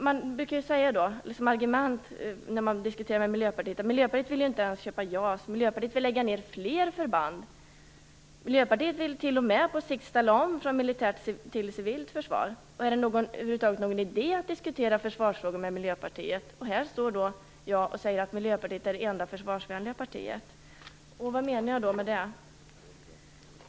Man brukar som argument när man diskuterar med Miljöpartiet säga: Miljöpartiet vill ju inte ens köpa JAS, Miljöpartiet vill lägga ned fler förband, Miljöpartiet vill t.o.m. på sikt ställa om från militärt till civilt försvar, är det över huvud taget någon idé att diskutera försvarsfrågor med Miljöpartiet? Här står då jag och säger att Miljöpartiet är det enda försvarsvänliga partiet. Vad menar jag med det?